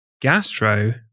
Gastro